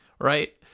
right